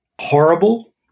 horrible